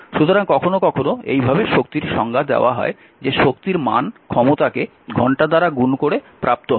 সুতরাং কখনও কখনও এই ভাবে শক্তির সংজ্ঞা দেওয়া হয় যে শক্তির মান ক্ষমতাকে ঘন্টা দ্বারা গুণ করে প্রাপ্ত হয়